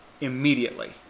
immediately